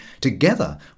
together